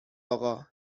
آقا